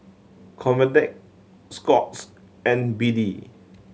Convatec Scott's and B D